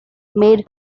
made